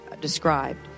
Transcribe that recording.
described